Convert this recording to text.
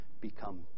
become